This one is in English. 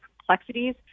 complexities